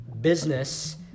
business